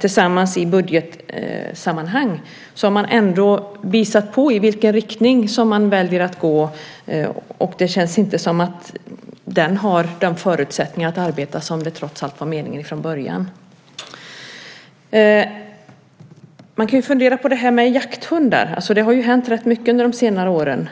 tillsammans i budgetsammanhang har man visat på i vilken riktning man väljer att gå. Det känns inte som om utredningen har den förutsättning att arbeta som var meningen från början. Man kan ju fundera över jakthundarna. Det har ju hänt rätt mycket under de senare åren.